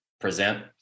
present